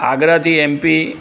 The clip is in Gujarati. આગ્રાથી એમ પી